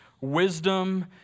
wisdom